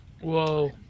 Whoa